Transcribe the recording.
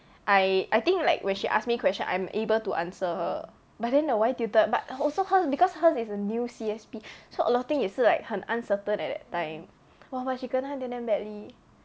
I I think like when she ask me question I'm able to answer her but then the Y tutor but also hers because hers is a new C_S_P so a lot of thing 也是 like 很 uncertain at that time !wah! but she kena until damn badly